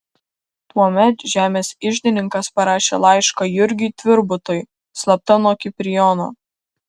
tuomet žemės iždininkas parašė laišką jurgiui tvirbutui slapta nuo kiprijono